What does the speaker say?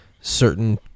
certain